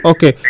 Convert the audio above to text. Okay